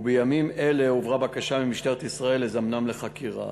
ובימים אלה הועברה בקשה ממשטרת ישראל לזמנם לחקירה.